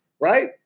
right